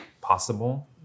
possible